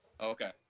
Okay